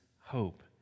hope